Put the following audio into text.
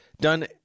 done